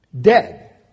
dead